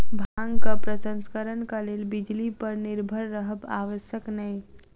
भांगक प्रसंस्करणक लेल बिजली पर निर्भर रहब आवश्यक नै